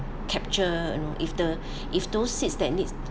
capture you know if the if those seed that needs